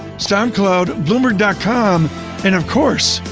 soundcloud, blumer, dot com and of course,